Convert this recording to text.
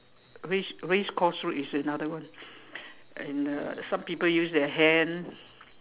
race race course road is another one and uh some people use their hand